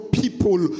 people